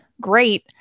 great